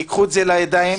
תיקחו את זה לידיים.